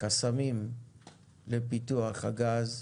חסמים לפיתוח הגז,